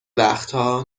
وقتها